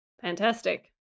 fantastic